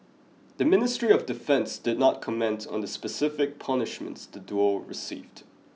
the Ministry of Defence did not comment on the specific punishments the duo received